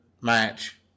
match